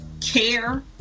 care